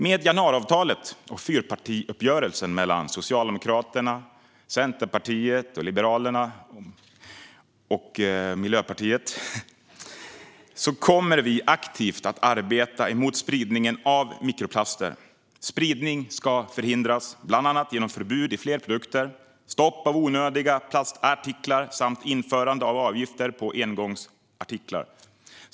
Med januariavtalet och fyrpartiuppgörelsen mellan Socialdemokraterna, Centerpartiet, Liberalerna och Miljöpartiet kommer vi aktivt att arbeta mot spridning av mikroplaster. Spridning ska förhindras bland annat genom förbud i fler produkter, stopp av onödiga plastartiklar samt införande av avgifter på engångsartiklar.